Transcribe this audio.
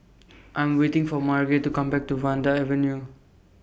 I Am waiting For Marge to Come Back to Vanda Avenue